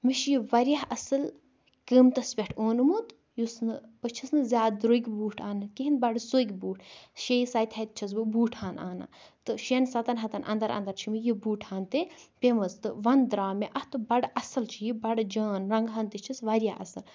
مےٚ چھُ یہِ واریاہ اصل قۭمتَس پیٹٔھ اونمُت یُس نہِ بہ چھَسنہِ زیاد دروٚگۍ بوٗٹھ انان کِہینۍ بَڈٕ سروٚگۍ بوٗٹھ شیٚیہِ سَتہِ ہَتہِ چھَس بہٕ بوٗٹھ انان تہ شٮ۪ن سَتَن ہَتَن اندر اندر چھ یہ بوٗٹھ ہان تہِ پیٚمٕژ تہ وَندِ دراو مےٚ اتھ بَڈٕ اصٕل چھُ یہ بَڈٕ جان رَنگہٕ ہان تہ چھس واریاہ اصِل